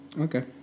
Okay